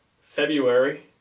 February